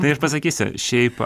tai aš pasakysiu šiaip